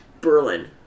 Berlin